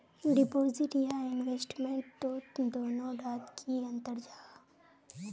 Deposit या investment तोत दोनों डात की अंतर जाहा?